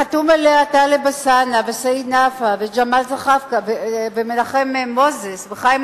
וחתומים עליה טלב אלסאנע וסעיד נפאע וג'מאל זחאלקה ומנחם מוזס וחיים